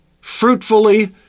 fruitfully